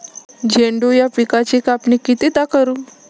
झेंडू या पिकाची कापनी कितीदा करू?